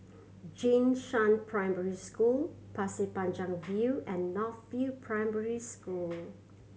Jing Shan Primary School Pasir Panjang View and North View Primary School